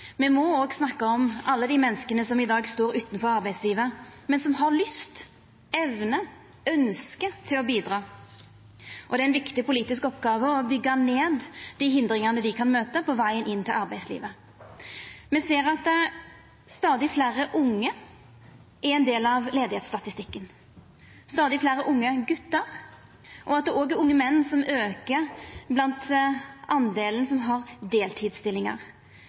me må òg snakka om alle dei menneska som i dag står utanfor arbeidslivet, men som har lyst, evne og ønske om å bidra. Det er ei viktig politisk oppgåve å byggja ned dei hindringane dei kan møta på veg inn til arbeidslivet. Me ser at stadig fleire unge er ein del av arbeidsløysestatistikken, stadig fleire unge gutar, og at talet på unge menn aukar blant dei som har deltidsstillingar.